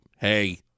hey